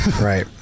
right